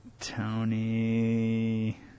Tony